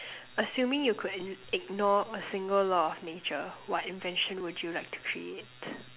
assuming you could ig~ ignore a single law of nature what invention would you like to create